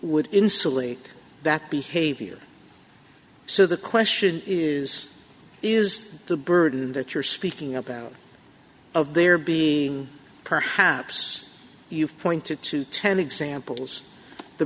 would insulate that behavior so the question is is the burden that you're speaking about of there be perhaps you've pointed to ten examples the